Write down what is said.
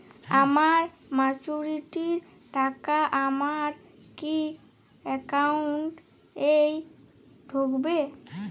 আমার ম্যাচুরিটির টাকা আমার কি অ্যাকাউন্ট এই ঢুকবে?